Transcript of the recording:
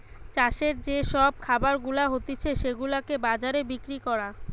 চাষের যে সব খাবার গুলা হতিছে সেগুলাকে বাজারে বিক্রি করা